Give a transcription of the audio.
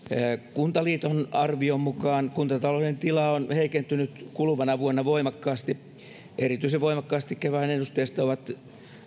kuntaliiton arvion mukaan kuntatalouden tila on heikentynyt kuluvana vuonna voimakkaasti erityisen voimakkaasti kevään ennusteesta ovat